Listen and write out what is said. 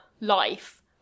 life